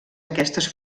aquestes